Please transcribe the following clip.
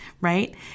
Right